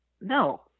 no –